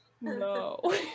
no